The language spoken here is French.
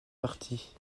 parties